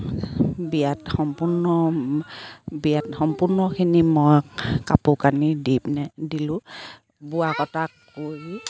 বিয়াত সম্পূৰ্ণ বিয়াত সম্পূৰ্ণখিনি মই কাপোৰ কানি দি পিনে দিলোঁ বোৱা কটা কৰি